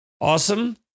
Awesome